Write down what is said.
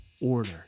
order